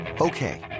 Okay